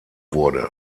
wurde